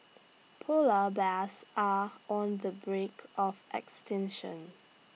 Polar Bears are on the brink of extinction